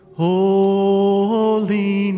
Holy